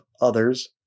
others